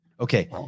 Okay